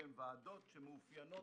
שהן ועדות שמאופיינות,